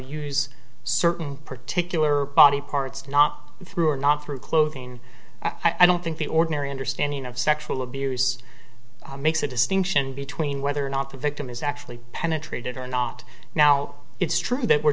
use certain particular body parts not through or not through clothing i don't think the ordinary understanding of sexual abuse makes a distinction between whether or not the victim is actually penetrated or not now it's true that we're